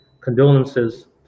condolences